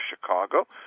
Chicago